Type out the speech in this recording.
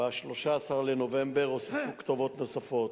ב-13 בנובמבר, רוססו כתובות נוספות,